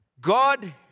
God